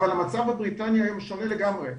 אבל המצב בבריטניה היום שונה לגמרי,